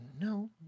no